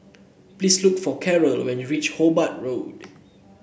please look for Karel when you reach Hobart Road